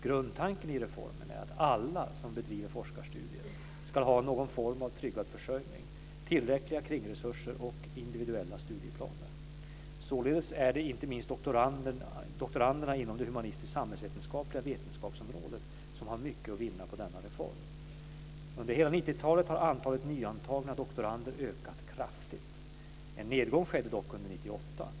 Grundtanken i reformen är att alla som bedriver forskarstudier ska ha någon form av tryggad försörjning, tillräckliga kringresurser och individuella studieplaner. Således är det inte minst doktoranderna inom det humanistiska och samhällsvetenskapliga vetenskapsområdet som har mycket att vinna på denna reform. Under hela 1990-talet har antalet nyantagna doktorander ökat kraftigt. En nedgång skedde dock under 1998.